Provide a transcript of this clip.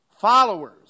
followers